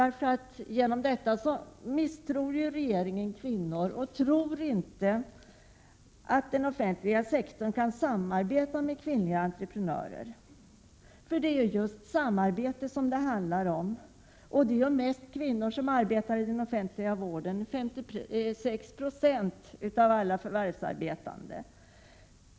Regeringen misstror kvinnorna och tror inte att den offentliga sektorn kan samarbeta med kvinnliga entreprenörer. För det är just samarbete det handlar om, och det är mest kvinnor som arbetar i den offentliga vården, 56 90 av alla förvärvsarbetande.